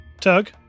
Tug